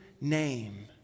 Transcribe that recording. name